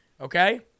okay